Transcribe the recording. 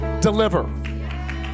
deliver